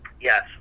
Yes